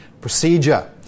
procedure